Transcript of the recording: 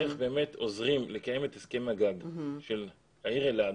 איך באמת עוזרים לקיים את הסכם הגג של העיר אלעד